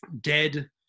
dead